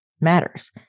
matters